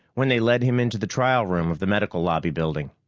when they led him into the trial room of the medical lobby building.